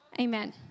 Amen